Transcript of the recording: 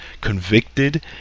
convicted